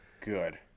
good